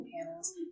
panels